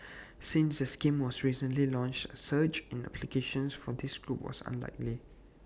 since the scheme was recently launched A surge in applications from this group was unlikely